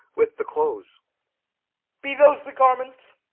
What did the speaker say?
with the clothes be those the garments?